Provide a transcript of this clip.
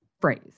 phrase